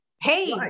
hey